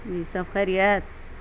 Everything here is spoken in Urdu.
جی سب خیریت